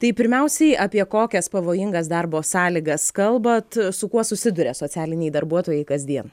tai pirmiausiai apie kokias pavojingas darbo sąlygas kalbat su kuo susiduria socialiniai darbuotojai kasdien